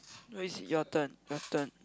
no it's your turn your turn